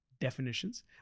definitions